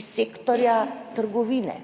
iz sektorja trgovine,